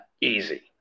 easy